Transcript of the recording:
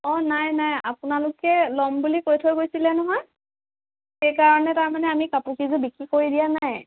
অঁ নাই নাই আপোনালোকে ল'ম বুলি কৈ থৈ গৈছিলে নহয় সেইকাৰণে তাৰ মানে আমি কাপোৰ কেইযোৰ বিক্ৰী কৰি দিয়া নাই